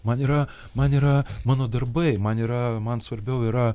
man yra man yra mano darbai man yra man svarbiau yra